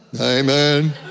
Amen